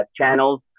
channels